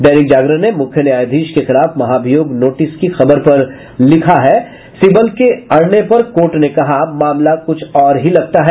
दैनिक जागरण ने मुख्य न्यायाधीश के खिलाफ महाभियोग नोटिस की खबर पर लिखता है सिब्बल के अड़ने पर कोर्ट ने कहा मामला कुछ और ही लगता है